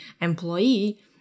employee